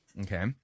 okay